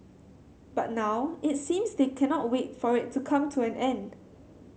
but now it seems they cannot wait for it to come to an end